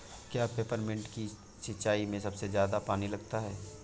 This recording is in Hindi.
क्या पेपरमिंट की सिंचाई में सबसे ज्यादा पानी लगता है?